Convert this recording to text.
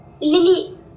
Lily